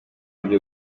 byo